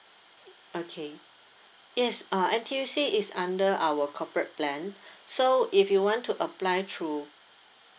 okay yes uh N_T_U_C is under our corporate plan so if you want to apply through